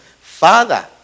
Father